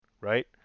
right